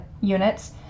units